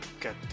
get